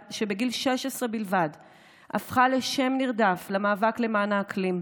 שבגיל 16 בלבד הפכה לשם נרדף למאבק למען האקלים.